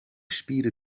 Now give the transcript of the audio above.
spieren